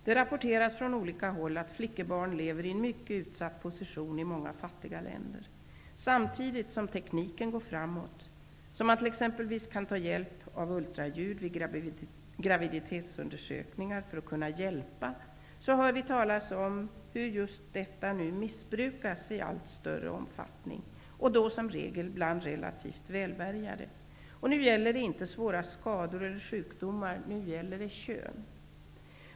Det rapporteras från olika håll att flickebarn lever i en mycket utsatt position i många fattiga länder. Samtidigt som tekniken går framåt, och man t.ex. kan ta hjälp av ultraljud vid graviditetsundersökningar för att kunna hjälpa, hör vi talas om hur just detta nu missbrukas i allt större omfattning, och då som regel bland relativt välbärgade. Nu gäller det inte svåra skador eller sjukdomar, utan nu gäller det kön.